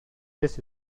this